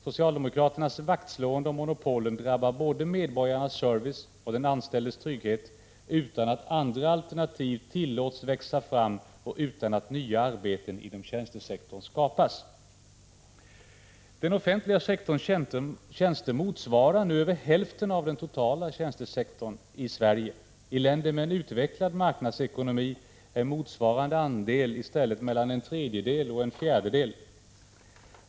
Socialdemokraternas vaktslående om monopolen drabbar både medborgarnas service och de anställdas trygghet utan att andra alternativ tillåts växa fram och utan att nya arbeten inom tjänstesektorn skapas. Den offentliga sektorns tjänster motsvarar nu över hälften av den totala tjänstesektorn i Sverige. I länder med en utvecklad marknadsekonomi är motsvarande andel mellan en tredjedel och en fjärdedel.